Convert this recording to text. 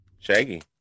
Shaggy